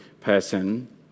person